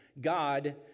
God